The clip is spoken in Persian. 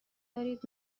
دارید